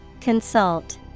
Consult